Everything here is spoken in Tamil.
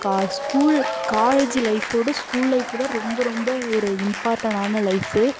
கா ஸ்கூல் காலேஜ் லைஃபோட ஸ்கூல் லைஃப் தான் ரொம்ப ரொம்ப ஒரு இம்பார்ட்டனான லைஃப்